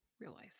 realize